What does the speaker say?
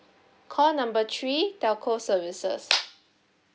call number three telco services